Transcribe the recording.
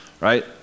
right